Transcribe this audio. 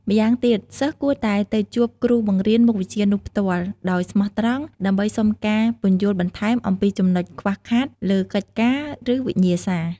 ម្យ៉ាងទៀត សិស្សគួរតែ ទៅជួបគ្រូបង្រៀនមុខវិជ្ជានោះផ្ទាល់ ដោយស្មោះត្រង់ ដើម្បីសុំការពន្យល់បន្ថែមអំពីចំណុចខ្វះខាតលើកិច្ចការ ឬវិញ្ញាសា។